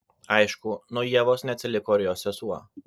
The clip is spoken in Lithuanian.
aišku nuo ievos neatsiliko ir jos sesuo